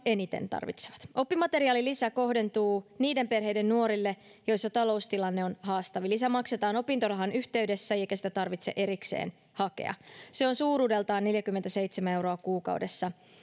eniten tarvitsevat oppimateriaalilisä kohdentuu niiden perheiden nuorille joissa taloustilanne on haastavin lisä maksetaan opintorahan yhteydessä eikä sitä tarvitse erikseen hakea se on suuruudeltaan neljäkymmentäseitsemän euroa kuukaudessa